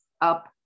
up